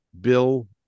Bill